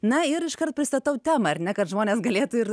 na ir iškart pristatau temą ar ne kad žmonės galėtų ir